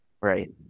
Right